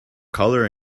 colour